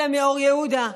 אלה מאור יהודה,